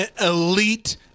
elite